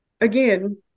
Again